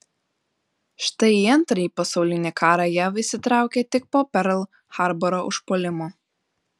štai į antrąjį pasaulinį karą jav įsitraukė tik po perl harboro užpuolimo